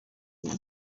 est